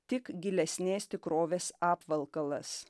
tik gilesnės tikrovės apvalkalas